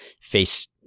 face